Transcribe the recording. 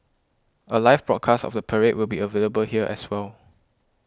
a live broadcast of the parade will be available here as well